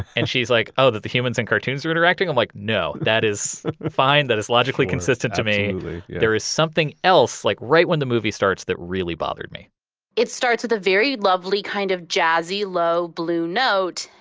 and she's like, oh, that the humans and cartoons are interacting? i'm like, no, that is fine. that is logically consistent to me. absolutely there is something else like right when the movie starts that really bothered me it starts with a very lovely kind of jazzy low blue note,